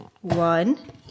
one